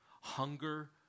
hunger